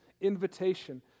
invitation